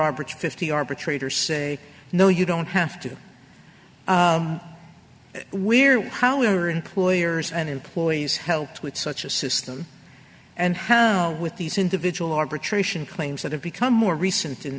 are bridge fifty arbitrator say no you don't have to we're how we are employers and employees helped with such a system and how with these individual arbitration claims that have become more recent in